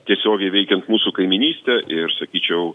tiesiogiai veikiant mūsų kaimynystę ir sakyčiau